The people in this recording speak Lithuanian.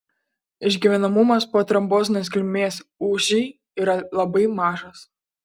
išgyvenamumas po trombozinės kilmės ūži yra labai mažas